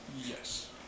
Yes